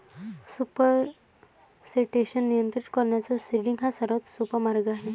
supersaturation नियंत्रित करण्याचा seeding हा सर्वात सोपा मार्ग आहे